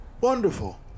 Wonderful